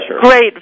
great